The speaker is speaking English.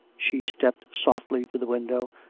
she stepped softly to the window,